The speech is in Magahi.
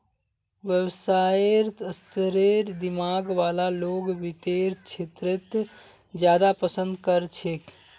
व्यवसायेर स्तरेर दिमाग वाला लोग वित्तेर क्षेत्रत ज्यादा पसन्द कर छेक